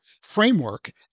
framework